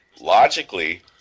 logically